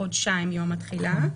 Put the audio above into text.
חודשיים מיום התחילה,